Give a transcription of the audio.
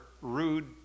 rude